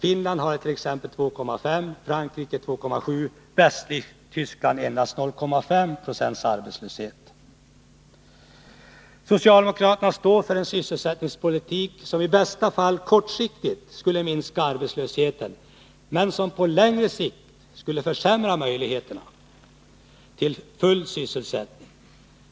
Finland hade t.ex. 2,5 Zo, Frankrike 2,7 70 och Västtyskland endast 0,5 90 arbetslöshet. Socialdemokraterna står för en sysselsättningspolitik som i bästa fall kortsiktigt skulle minska arbetslösheten, men som på längre sikt skulle försämra möjligheterna att uppnå full sysselsättning.